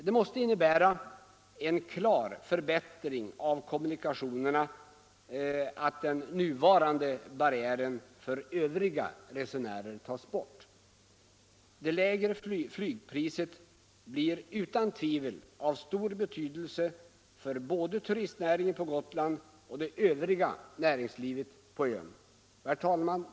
Det måste innebära en klar förbättring av kommunikationerna att den nuvarande barriären för övriga resenärer tas bort. Det lägre flygpriset blir utan tvivel av stor betydelse både för turistnäringen på Gotland och för det övriga näringslivet på ön. Herr talman!